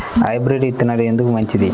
Hybrid విత్తనాలు ఎందుకు మంచిది?